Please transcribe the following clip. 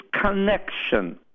connection